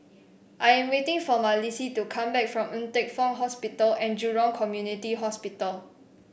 I am waiting for Malissie to come back from Ng Teng Fong Hospital and Jurong Community Hospital